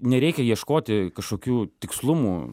nereikia ieškoti kažkokių tikslumų